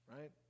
right